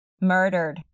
murdered